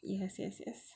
yes yes yes